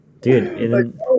Dude